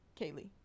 Kaylee